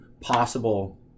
possible